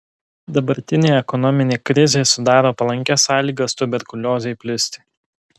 dabartinė ekonominė krizė sudaro palankias sąlygas tuberkuliozei plisti